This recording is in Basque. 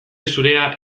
zurea